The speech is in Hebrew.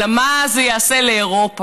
אלא מה זה יעשה לאירופה.